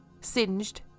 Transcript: singed